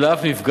אלא אף נפגעת.